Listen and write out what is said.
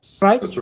Right